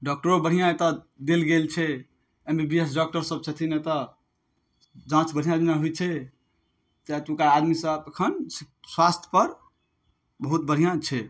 डॉक्टरो बढ़िआँ एतए देल गेल छै M B B S doctor सब छथिन एतय जाँच बढ़िया जेना होइ छै तैँ एतुका आदमी सब अखन स्वास्थ पर बहुत बढ़िया छै